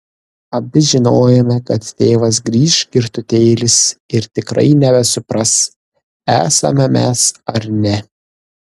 abi žinojome kad tėvas grįš girtutėlis ir tikrai nebesupras esame mes ar ne